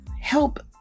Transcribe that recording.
help